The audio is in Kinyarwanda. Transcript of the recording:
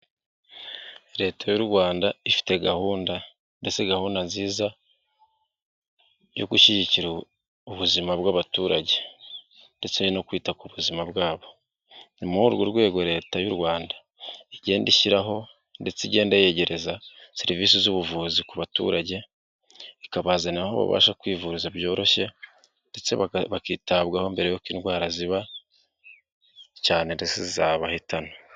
Leta y'u rwanda ifite gahunda ndetse gahunda nziza yo gushyigikira ubuzima bw'abaturage, ndetse no kwita ku buzima bwabo. Ni muri urwo rwego leta y'u Rwanda, igenda ishyiraho ndetse igenda yegereza serivisi z'ubuvuzi ku baturage, ikabazana aho babasha kwivuza byoroshye, bakitabwaho mbere y'uko indwara ziba cyane zizabahitana.